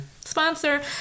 Sponsor